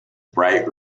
brighter